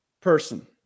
person